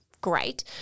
great